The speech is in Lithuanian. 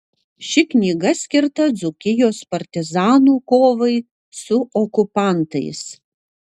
ši knyga skirta dzūkijos partizanų kovai su okupantais